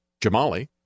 Jamali